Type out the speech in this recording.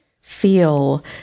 feel